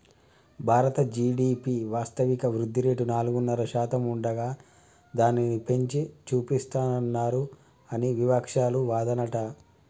భారత జి.డి.పి వాస్తవిక వృద్ధిరేటు నాలుగున్నర శాతం ఉండగా దానిని పెంచి చూపిస్తానన్నారు అని వివక్షాలు వాదనట